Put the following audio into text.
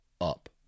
up